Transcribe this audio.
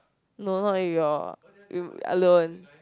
no no no with you all you alone